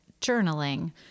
journaling